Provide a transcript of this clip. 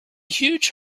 huge